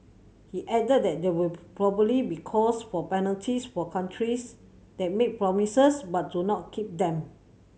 he added that there will probably be calls for penalties for countries that make promises but do not keep them